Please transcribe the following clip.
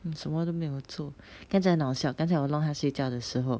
你什么都没有做刚才很好笑刚才我弄他睡觉的时候